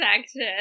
section